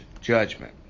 judgment